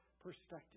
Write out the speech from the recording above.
perspective